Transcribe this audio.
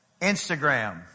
Instagram